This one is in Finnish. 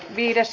asia